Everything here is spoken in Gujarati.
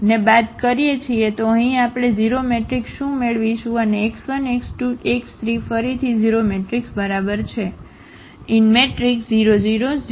ને બાદ કરીએ છીએ તો અહીં આપણે આ 0 મેટ્રિક્સ શું મેળવીશું અને x1 x2 x3 ફરીથી 0 મેટ્રિક્સ બરાબર છે